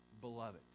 Beloved